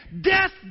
Death